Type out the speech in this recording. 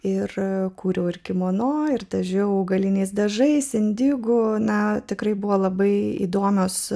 ir kurių ir kimono ir dažniau augaliniais dažais indigo na tikrai buvo labai įdomios